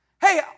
Hey